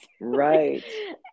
Right